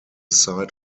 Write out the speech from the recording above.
sight